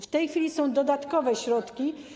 W tej chwili są dodatkowe środki.